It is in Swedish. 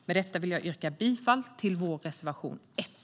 Med detta vill jag yrka bifall till vår reservation 1.